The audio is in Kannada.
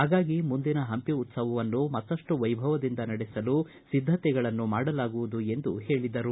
ಹಾಗಾಗಿ ಮುಂದಿನ ಹಂಪಿ ಉತ್ಸವವನ್ನು ಮತ್ತಪ್ಪು ವೈಭವದಿಂದ ಮಾಡಲು ಸಿದ್ಧತೆಗಳನ್ನು ನಡೆಸಲಾಗುವುದು ಎಂದು ಹೇಳಿದರು